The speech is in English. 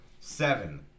seven